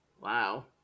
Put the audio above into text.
Wow